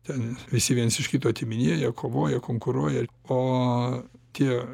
ten visi viens iš kito atiminėja kovoja konkuruoja o tie